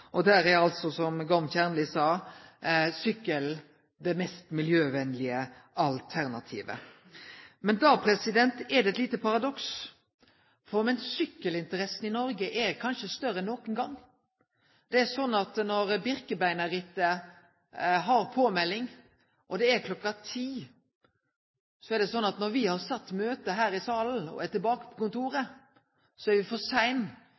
og da er, som Gorm Kjernli sa, sykkel det mest miljøvenlege alternativet. Men det er eit lite paradoks: Medan sykkelinteressa i Noreg kanskje er større enn nokon gong, er det sånn at når Birkebeinerrittet har påmelding kl. 10 og me har sett møtet her i salen, er me når me er tilbake på kontoret, for seine til å få plass i Birkebeinerrittet, for da er det fullteikna. Sykkelinteressa er